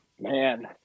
Man